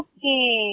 Okay